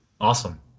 Awesome